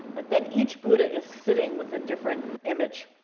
but then, each buddha is sitting with a different image.